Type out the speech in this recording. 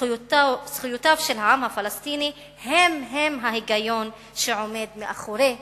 זכויותיו של העם הפלסטיני הן-הן ההיגיון שעומד מאחורי המשא-ומתן.